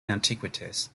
antiquities